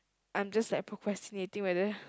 I'm just like procrastinating whether